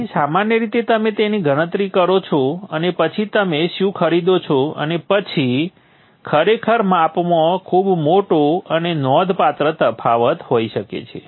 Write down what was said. તેથી સામાન્ય રીતે તમે જેની ગણતરી કરો છો અને પછી તમે શું ખરીદો છો અને પછી ખરેખર માપમાં ખૂબ મોટો અને નોંધપાત્ર તફાવત હોઈ શકે છે